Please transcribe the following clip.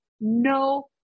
no